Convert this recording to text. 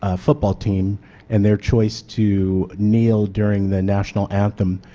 ah football team and their choice to kneel during the national anthem.